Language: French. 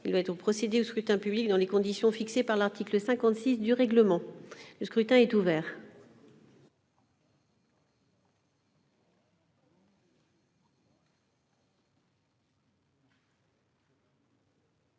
Il va être procédé au scrutin dans les conditions fixées par l'article 56 du règlement. Le scrutin est ouvert.